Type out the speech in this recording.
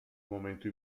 momento